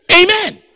Amen